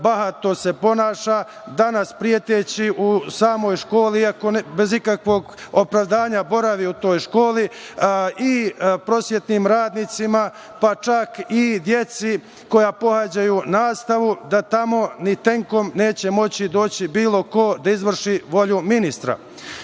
bahato se ponaša. Danas preteći u samoj školi, bez ikakvog opravdanja boravi u toj školi, i prosvetnim radnicima, pa čak i deci koja pohađaju nastavu, da tamo ni tenkom neće moći doći bilo ko da izvrši volju ministra. Takođe,